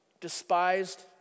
Despised